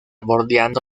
bordeando